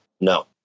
No